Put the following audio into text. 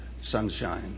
sunshine